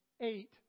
eight